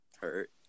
hurt